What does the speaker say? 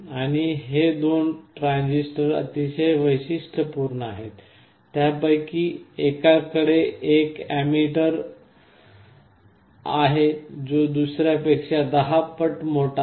आणि हे दोन ट्रांजिस्टर अतिशय विशिष्टयपूर्ण आहेत त्यापैकी एकाकडे एक एमिटर आहे जो दुसर्यापेक्षा 10 पट मोठा आहे